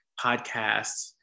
podcasts